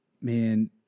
Man